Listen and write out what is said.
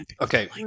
Okay